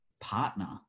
partner